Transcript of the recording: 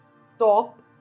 stop